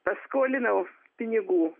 paskolinau pinigų